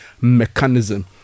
mechanism